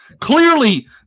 Clearly